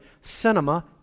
Cinema